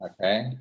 okay